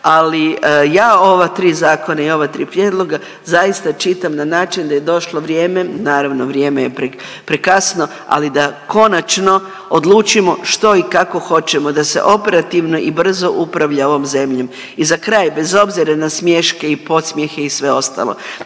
ali ja ova tri zakona i ova tri prijedloga zaista čitam na način da je došlo vrijeme, naravno, vrijeme je prekrasno, ali da konačno odlučimo što i kako hoćemo da se operativno i brzo upravlja ovom zemljom. I za kraj, bez obzira na smiješke i podsmjehe i sve ostalo,